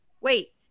wait